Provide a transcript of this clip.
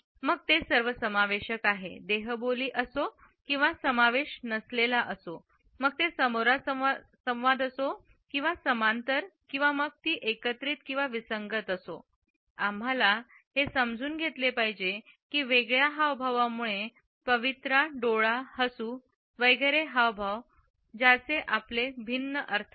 मग ते सर्वसमावेशक आहे देहबोली असो किंवा समावेश नसलेले असो मग ते समोरासमोर संवाद असो की समांतर किंवा मग ती एकत्रीत असो की विसंगत असो आम्हाला हे समजून घेतले पाहिजे की वेगळ्या हावभावामुळे पवित्रा डोळा हसू वगैरे हावभाव आहे ज्याचे आपले अर्थ भिन्न आहेत